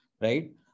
right